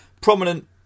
prominent